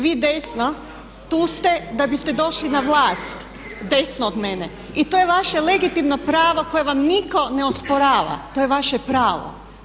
Vi desno tu ste da biste došli na vlast, desno od mene i to je vaše legitimno pravo koje vam nitko ne osporava, to je vaše pravo.